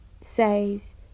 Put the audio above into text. saves